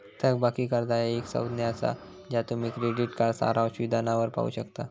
थकबाकी कर्जा ह्या एक संज्ञा असा ज्या तुम्ही क्रेडिट कार्ड सारांश विधानावर पाहू शकता